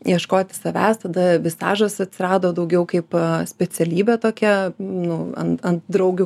ieškoti savęs tada stažas atsirado daugiau kaip specialybė tokia nu ant ant draugių